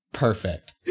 Perfect